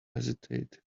hesitate